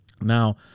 Now